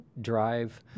drive